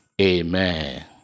Amen